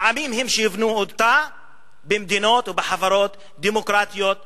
העמים הם שיבנו אותו במדינות או בחברות דמוקרטיות וחופשיות.